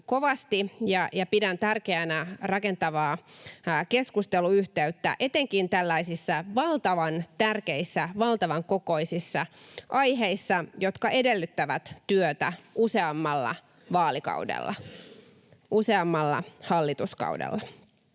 ja pidän tärkeänä rakentavaa keskusteluyhteyttä etenkin tällaisissa valtavan tärkeissä, valtavan kokoisissa aiheissa, jotka edellyttävät työtä useammalla vaalikaudella,